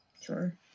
Sure